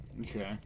Okay